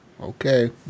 Okay